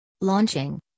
Launching